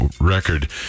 Record